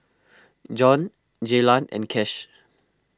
Jon Jaylan and Kash